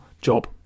job